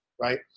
right